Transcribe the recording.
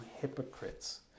hypocrites